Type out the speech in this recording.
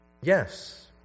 Yes